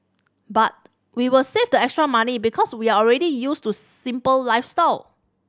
but we will save the extra money because we are already used to simple lifestyle